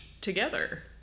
together